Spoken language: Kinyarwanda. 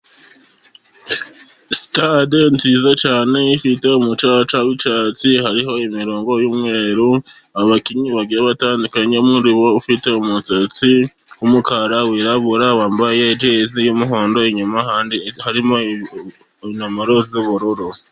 Sitade nziza cyane ifite umucaca w'icyatsi, hariho imirongo y'umweru, abakinnyi bagiye batandukanye umwe urimo ufite umusatsi w'umukara wirabura, wambaye ijezi y'umuhondo. Inyuma harimo inomero z'ubururu.